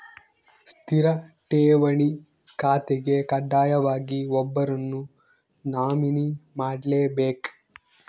ಸ್ಥಿರ ಠೇವಣಿ ಖಾತೆಗೆ ಕಡ್ಡಾಯವಾಗಿ ಒಬ್ಬರನ್ನು ನಾಮಿನಿ ಮಾಡ್ಲೆಬೇಕ್